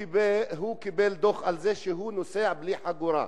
הוא קיבל דוח על זה שהוא נוסע בלי חגורה.